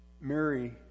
Mary